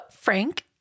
Frank